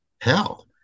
hell